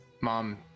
mom